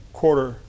quarter